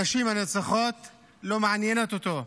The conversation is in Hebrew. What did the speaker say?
הנשים הנרצחות לא מעניינות אותו.